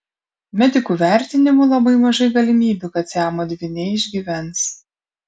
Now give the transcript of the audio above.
medikų vertinimu labai mažai galimybių kad siamo dvyniai išgyvens